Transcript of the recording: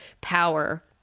power